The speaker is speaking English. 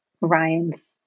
Ryan's